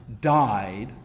died